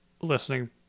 listening